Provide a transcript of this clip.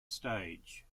stage